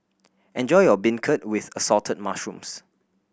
enjoy your beancurd with Assorted Mushrooms